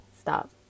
stop